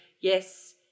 yes